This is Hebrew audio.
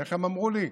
איך הם אמרו לי?